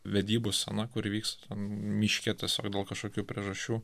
vedybų scena kur įvyksta ten miške tiesiog dėl kažkokių priežasčių